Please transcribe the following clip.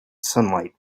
sunlight